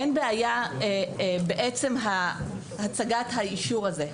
אין בעיה בעצם הצגת האישור הזה.